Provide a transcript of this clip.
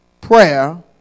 prayer